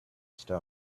stones